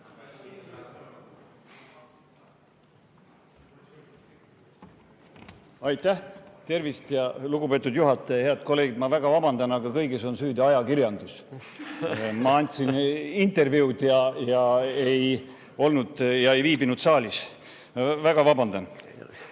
Aitäh! Tervist, lugupeetud juhataja ja head kolleegid! Ma väga vabandan, aga kõiges on süüdi ajakirjandus. Ma andsin intervjuud ja ei viibinud saalis. Väga vabandan!